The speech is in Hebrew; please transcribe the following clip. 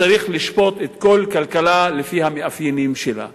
וצריך לשפוט כל כלכלה לפי המאפיינים שלה.